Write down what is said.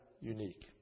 unique